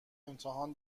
امتحان